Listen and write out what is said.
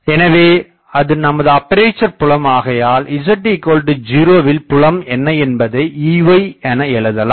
எனவே அது நமது ஆப்பேசர் புலம் ஆகையால் z 0 வில் புலம் என்ன என்பதை Ey என எழுதலாம்